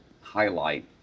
highlight